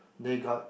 they got